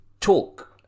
talk